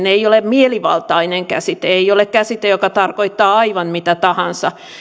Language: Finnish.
ei ole mielivaltainen käsite ei ole käsite joka tarkoittaa aivan mitä tahansa